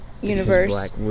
universe